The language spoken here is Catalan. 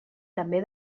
també